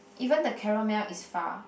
even the Carol Mel is far